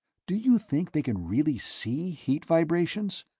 do you think they can really see heat vibrations?